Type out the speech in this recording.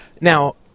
Now